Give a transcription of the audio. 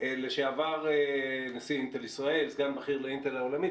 לשעבר נשיא אינטל ישראל, סגן בכיר לאינטל העולמית.